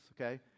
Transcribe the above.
okay